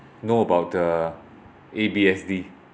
know about uh A_B_S_D